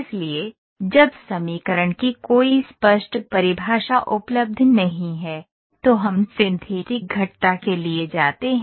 इसलिए जब समीकरण की कोई स्पष्ट परिभाषा उपलब्ध नहीं है तो हम सिंथेटिक वक्र के लिए जाते हैं